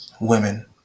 women